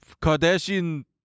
Kardashian